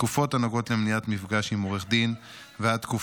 תקופות הנוגעות למניעת מפגש עם עורך דין והתקופה